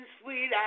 sweet